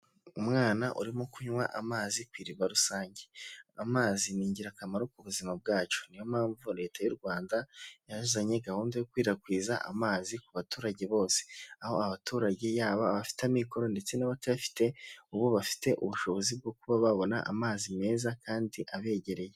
Umwana urimo kunywa amazi ku iriba rusange, amazi ni ingirakamaro ku buzima bwacu, niyo mpamvu Leta y'u Rwanda yazanye gahunda yo gukwirakwiza amazi ku baturage bose, aho abaturage bafite amikoro ndetse n'abatayafite, ubu bafite ubushobozi bwo kuba babona amazi meza kandi abegereye.